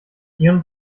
ihren